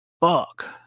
Fuck